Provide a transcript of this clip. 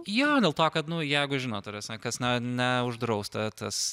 jo dėl to kad jeigu žinot ta prasme kas ne neuždrausta tas